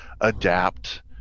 adapt